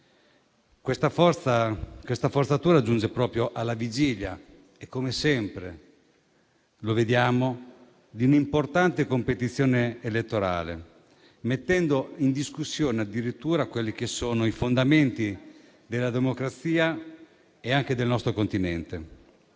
Questa forzatura giunge proprio alla vigilia - come sempre vediamo - di un'importante competizione elettorale, mettendo in discussione addirittura i fondamenti della democrazia e anche del nostro continente.